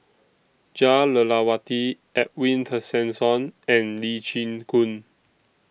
Jah Lelawati Edwin Tessensohn and Lee Chin Koon